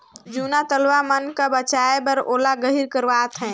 जूना तलवा मन का बचाए बर ओला गहिर करवात है